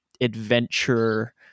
adventure